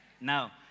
Now